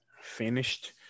finished